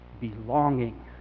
belonging